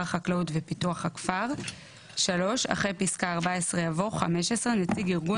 החקלאות ופיתוח הכפר,"; אחרי פסקה (14) יבוא: "(15) נציג ארגון